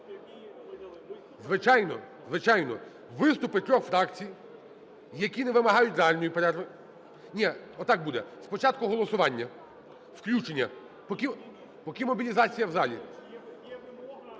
Звичайно, звичайно. Виступи трьох фракцій, які не вимагають реальної перерви… Ні, от так буде: спочатку голосування, включення, поки мобілізація є в залі.